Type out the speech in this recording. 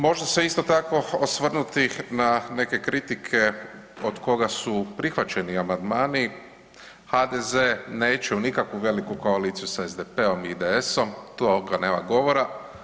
Može se isto tako osvrnuti na neke kritike od koga su prihvaćeni amandmani, HDZ neće u nikakvu veliku koaliciju sa SDP-om i IDS-om tu ovoga nema govora.